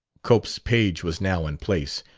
cope's page was now in place,